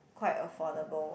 quite affordable